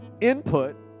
Input